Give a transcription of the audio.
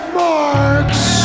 marks